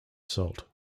salt